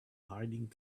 hiding